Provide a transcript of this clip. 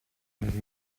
més